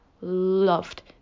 loved